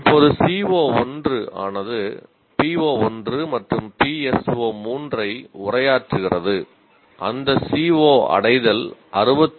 இப்போது CO1 ஆனது PO1 மற்றும் PSO3 ஐ உரையாற்றுகிறது அந்த CO அடைதல் 62